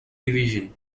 division